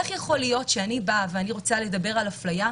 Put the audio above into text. איך יכול להיות שאני באה ורוצה לדבר על הפליה,